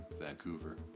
Vancouver